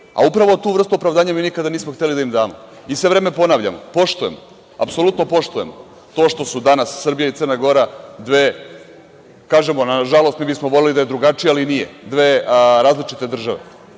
a upravo tu vrstu opravdanja mi nikada nismo hteli da im damo i sve vreme ponavljamo, poštujemo, apsolutno poštujemo to što su danas Srbija i Crna Gora dve kažemo, a nažalost mi bismo voleli da je drugačije, ali nije, dve različite države,